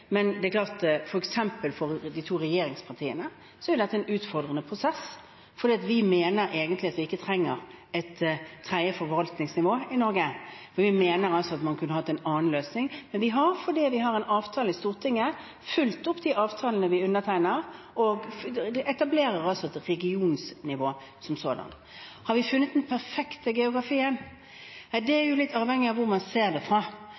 For de to regjeringspartiene er dette en utfordrende prosess, for vi mener egentlig at vi ikke trenger et tredje forvaltningsnivå i Norge. Vi mener at man kunne hatt en annen løsning. Men vi har, fordi vi har en avtale i Stortinget, fulgt opp de avtalene vi undertegner, og etablerer et regionsnivå som sådant. Har vi funnet den perfekte geografien? Ja, det er jo litt avhengig av hvor man ser det fra,